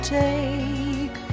take